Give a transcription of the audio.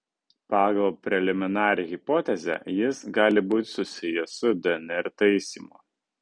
pagal preliminarią hipotezę jis gali būti susijęs su dnr taisymu